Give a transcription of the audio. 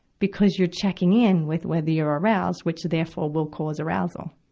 because you're checking in with whether you're aroused, which therefore will cause arousal.